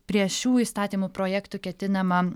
prie šių įstatymų projektų ketinama